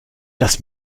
das